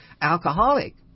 alcoholic